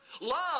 Love